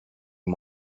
him